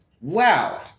Wow